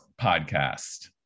podcast